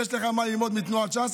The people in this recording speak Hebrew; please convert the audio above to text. יש לך מה ללמוד מתנועת ש"ס,